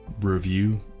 review